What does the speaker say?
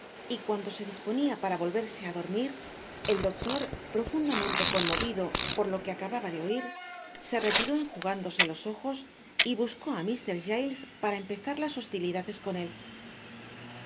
y cuando sa disponia para volverse á dormir el doctor profundamente conmovido por lo que acababa de oir se retiró enjugándose los ojos y buscó á mr giles para empezar las hostilidades con él